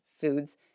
foods